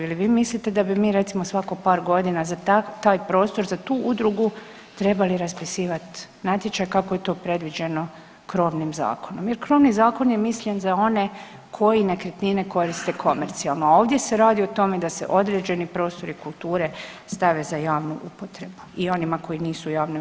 Ili vi mislite da bi mi recimo svako par godina za taj prostor, za tu udrugu trebali raspisivati natječaj kako je to predviđeno krovnim zakonom jer krovni zakon je mislen za one koji nekretnine koriste komercijalno, a ovdje se radi o tome da se određeni prostori kulture stave za javnu upotrebu i onima koji nisu javne ustanove.